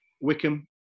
Wickham